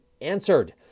answered